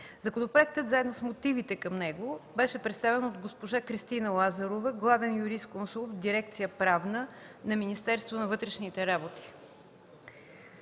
Законопроектът, заедно с мотивите към него, беше представен от госпожа Кристина Лазарова – главен юрисконсулт в Дирекция „Правна” на Министерството на вътрешните работи.